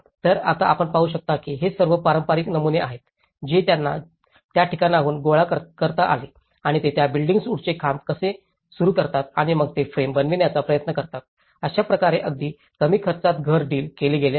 तर आता आपण पाहू शकता की हे सर्व पारंपारिक नमुने आहेत जे त्यांना त्या ठिकाणाहून गोळा करता आले आणि ते त्या बिल्डींग्स वूडनचे खांब कसे सुरू करतात आणि मग ते फ्रेम बनवण्याचा प्रयत्न करतात आणि अशाप्रकारे अगदी कमी खर्चात घर डील केले गेले आहे